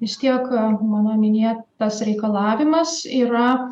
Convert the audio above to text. vis tiek mano minėtas reikalavimas yra